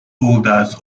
holders